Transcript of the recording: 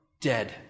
dead